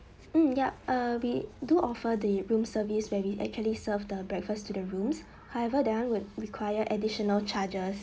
mm yup err we do offer the room service where we actually serve the breakfast to the rooms however that [one] would require additional charges